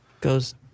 goes